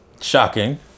shocking